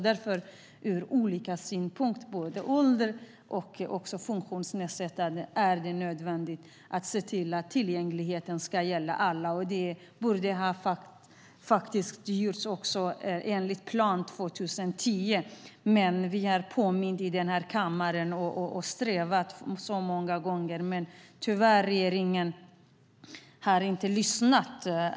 Därför är det från olika synpunkter, till exempel ålder och funktionsnedsättning, nödvändigt att se till att tillgängligheten ska gälla alla. Det skulle ha gjorts 2010 enligt plan, men trots att vi här i kammaren har påmint om det så många gånger har regeringen tyvärr inte lyssnat.